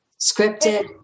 scripted